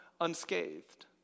Unscathed